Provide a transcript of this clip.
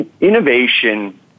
innovation